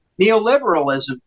neoliberalism